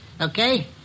Okay